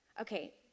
Okay